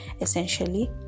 essentially